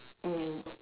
mm